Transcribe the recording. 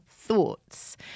thoughts